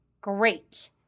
Great